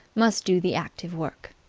must do the active work.